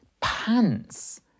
pants